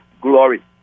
glory